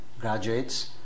graduates